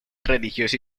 religioso